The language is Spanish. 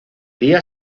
día